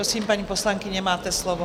Prosím, paní poslankyně, máte slovo.